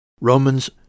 Romans